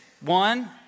One